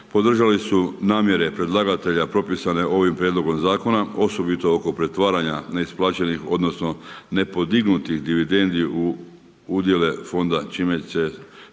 Podržali su namjere predlagatelja propisane ovim prijedlogom zakona, osobito oko pretvaranja neisplaćenih odnosno, nepodignutih dividendi udjele fonda, čime se